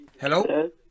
Hello